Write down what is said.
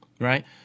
Right